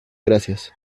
gracias